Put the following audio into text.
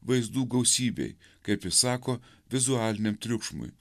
vaizdų gausybei kaip jis sako vizualiniam triukšmui